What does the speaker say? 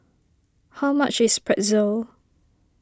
how much is Pretzel